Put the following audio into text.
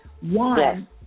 One